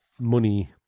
Money